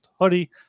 hoodie